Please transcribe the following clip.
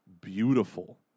beautiful